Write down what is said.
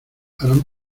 harán